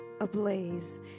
ablaze